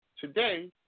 today